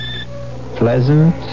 pleasant